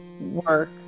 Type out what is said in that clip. work